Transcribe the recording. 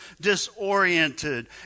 disoriented